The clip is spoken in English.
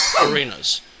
arenas